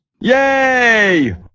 Yay